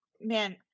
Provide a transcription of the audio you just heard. man